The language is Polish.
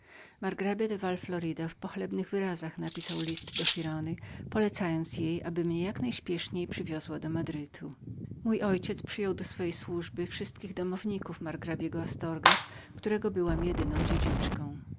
margrabia de val florida w pochlebnych wyrazach napisał list do giraldy polecając jej aby mnie jak najśpieszniej przywiozła do madrytu mój ojciec przyjął w swoją służbę wszystkich domowników margrabiego astorgas którego byłam jedyną